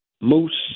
moose